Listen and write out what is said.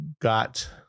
got